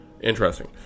Interesting